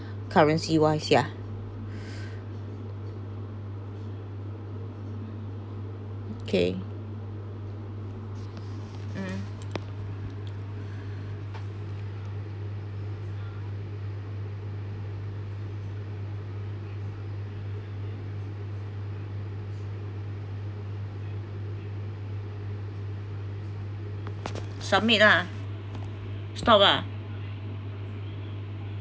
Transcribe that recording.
currency wise yeah okay mm submit ah stop ah